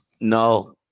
No